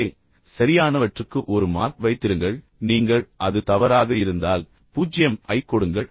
எனவே சரியானவற்றுக்கு ஒரு மார்க் வைத்திருங்கள் நீங்கள் அது தவறாக இருந்தால் 0 ஐக் கொடுங்கள்